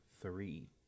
three